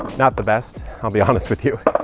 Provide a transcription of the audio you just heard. not the best. i'll be honest with you.